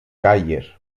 càller